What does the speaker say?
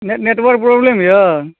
ने network problem अछि यौ